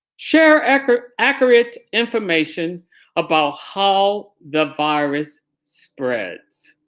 share accurate accurate information about how the virus spreads.